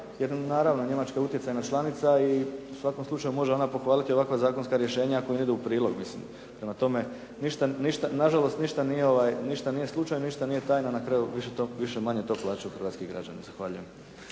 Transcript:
jer naravno Njemačka je utjecajna člancima i u svakom slučaju može ona pohvaliti ovakva zakonska rješenja ako joj idu u prilog. Prema tome, nažalost ništa nije slučajno, ništa nije tajno, na kraju to više manje plaćaju hrvatski građani. Zahvaljujem.